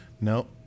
No